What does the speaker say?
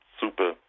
super